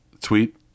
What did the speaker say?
tweet